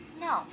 No